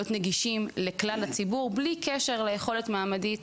נגישים לכלל הציבור בלי קשר ליכולת מעמדית,